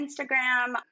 Instagram